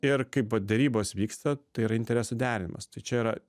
ir kaip va derybos vyksta tai yra interesų derinimas tai čia yra